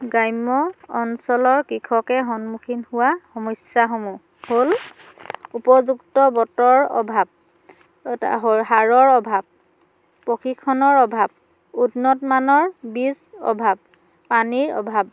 গ্ৰাম্য অঞ্চলৰ কৃষকে সন্মুখীন হোৱা সমস্যাসমূহ হ'ল উপযুক্ত বতৰ অভাৱ সাৰৰ অভাৱ প্ৰশিক্ষণৰ অভাৱ উন্নত মানৰ বীজ অভাৱ পানীৰ অভাৱ